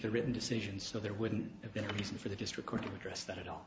the written decision so there wouldn't have been a reason for the just record interest that all